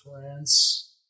France